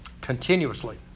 continuously